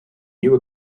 new